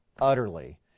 utterly